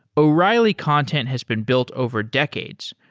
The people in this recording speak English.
o'reilly content has been built over decades.